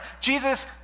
Jesus